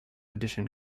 edition